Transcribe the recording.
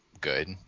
good